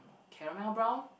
caramel brown